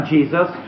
Jesus